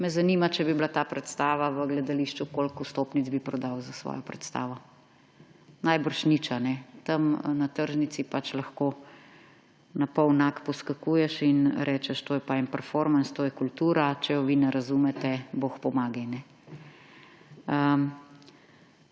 me zanima, če bi bila ta predstava v gledališču, koliko vstopnic bi prodal za svojo predstavo. Najbrž nič. Tam na tržnici pač lahko napol nag poskakuješ in rečeš, to je pa en performans, to je kultura, če je vi ne razumete, bog pomagaj.